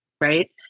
right